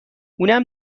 اونم